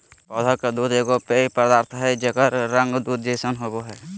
पौधा के दूध एगो पेय पदार्थ हइ जेकर रंग दूध जैसन होबो हइ